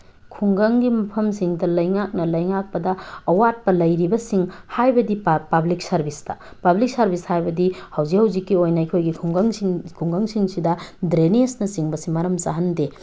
ꯈꯨꯡꯒꯪꯒꯤ ꯃꯐꯝꯁꯤꯡꯗ ꯂꯩꯉꯥꯛꯅ ꯂꯩꯉꯥꯛꯄꯗ ꯑꯋꯥꯠꯄ ꯂꯩꯔꯤꯕꯁꯤꯡ ꯍꯥꯏꯕꯗꯤ ꯄꯥꯕ꯭ꯂꯤꯛ ꯁꯥꯔꯕꯤꯁꯇ ꯄꯥꯕ꯭ꯂꯤꯛ ꯁꯥꯔꯕꯤꯁ ꯍꯥꯏꯕꯗꯤ ꯍꯧꯖꯤꯛ ꯍꯧꯖꯤꯛꯀꯤ ꯑꯣꯏꯅ ꯑꯩꯈꯣꯏꯒꯤ ꯈꯨꯡꯒꯪꯁꯤꯡ ꯈꯨꯡꯒꯪꯁꯤꯡꯁꯤꯗ ꯗ꯭ꯔꯦꯅꯦꯖꯅꯆꯤꯡꯕꯁꯤ ꯃꯔꯝ ꯆꯥꯍꯟꯗꯦ